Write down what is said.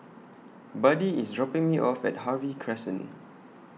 Buddie IS dropping Me off At Harvey Crescent